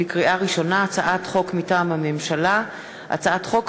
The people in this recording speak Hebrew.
לאחר מכן נעבור להודעת הממשלה ודיון